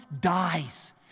dies